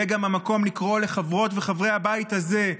זה גם המקום לקרוא לחברות ולחברי הבית הזה: